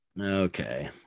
Okay